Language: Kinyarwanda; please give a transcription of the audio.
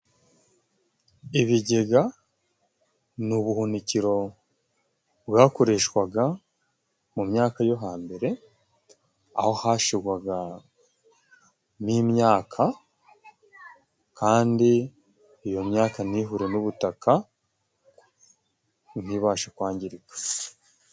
Ibigega ni ubuhunikiro bwakoreshwaga mu myaka yo hambere, aho hashigwagamo imyaka kandi iyo myaka ntihure n'ubutaka ntibashe kwangirika.